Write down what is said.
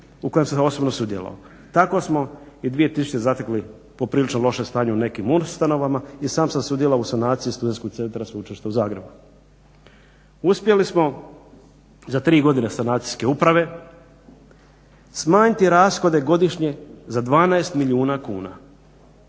u kojem sam osobno sudjelovao. Tako smo i 2000. zatekli poprilično loše stanje u nekim ustanovama. I sam sam sudjelovao u sanaciji Studentskog centra Sveučilišta u Zagrebu. Uspjeli smo za tri godine sanacijske uprave smanjiti rashode godišnje za 12 milijuna kuna